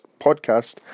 podcast